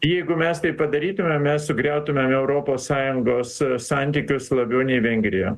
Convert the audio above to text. jeigu mes tai padarytumėm mes sugriautume europos sąjungos santykius labiau nei vengrija